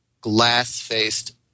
glass-faced